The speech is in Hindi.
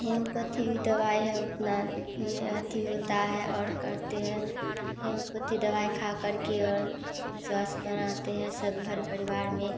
हेमोपेथीक दवाई है उतना नै अथि होता है और करते हैं हेमोपेथीक दवाई खा कर के और स्वस्थ रहते हैं सब घर परिवार में